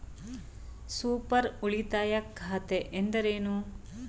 Super ಉಳಿತಾಯ ಖಾತೆ ಎಂದರೇನು?